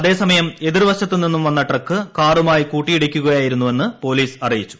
അതേസമയം എതിർവശത്തു നിന്നും വന്ന ട്രക്ക് കാറുമായി കൂട്ടിയിടിക്കുകയായിരുന്നു വെന്ന് പോലീസ് അറിയിച്ചു